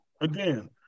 again